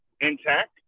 intact